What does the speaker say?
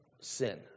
sin